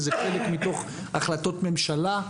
זה חלק מתוך החלטות ממשלה,